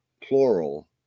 plural